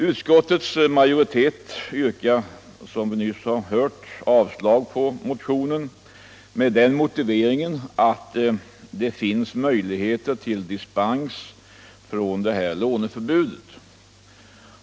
Utskottets majoritet yrkar, som vi nyss har hört, avslag på motionen med den motiveringen att det finns möjligheter till dispens från låneförbudet.